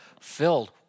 filled